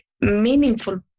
meaningful